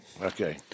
Okay